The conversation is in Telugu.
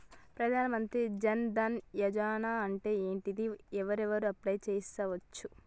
ప్రధాన మంత్రి జన్ ధన్ యోజన అంటే ఏంటిది? ఎవరెవరు అప్లయ్ చేస్కోవచ్చు?